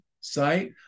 site